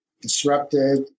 disrupted